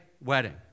wedding